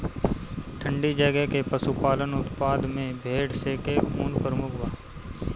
ठंडी जगह के पशुपालन उत्पाद में भेड़ स के ऊन प्रमुख बा